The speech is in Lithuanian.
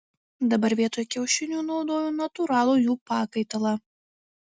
dabar vietoj kiaušinių naudoju natūralų jų pakaitalą